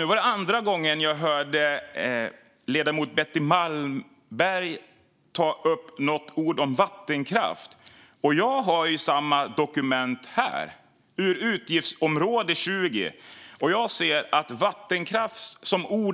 Nu var det andra gången jag hörde ledamoten Betty Malmberg ta upp något om vattenkraft. Jag har samma dokument här - utgiftsområde 20. Jag ser att ordet vattenkraft